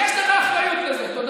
אתה יודע